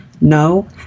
No